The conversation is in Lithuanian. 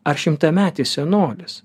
ar šimtametis senolis